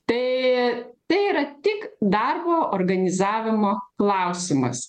tai tai yra tik darbo organizavimo klausimas